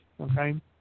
Okay